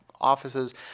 offices